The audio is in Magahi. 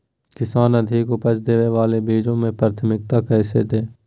किसान अधिक उपज देवे वाले बीजों के प्राथमिकता कैसे दे?